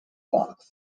fox